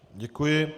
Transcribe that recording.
Děkuji.